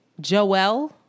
Joel